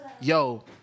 yo